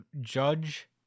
Judge